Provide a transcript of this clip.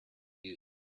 music